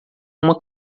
uma